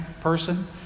person